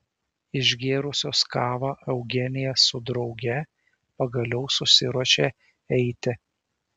išgėrusios kavą eugenija su drauge pagaliau susiruošė eiti